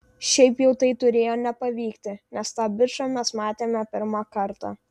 šiaip jau tai turėjo nepavykti nes tą bičą mes matėme pirmą kartą